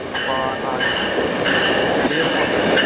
അപ്പോള് ആ ചെറിയൊരു പൊട്ടുണ്ട്